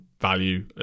value